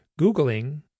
googling